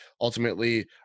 ultimately